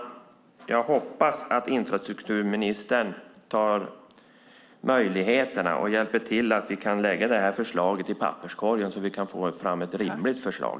Jag hoppas att infrastrukturministern hjälper till så att vi kan lägga det här förslaget i papperskorgen, så att vi kan få fram ett rimligt förslag.